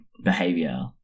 behavior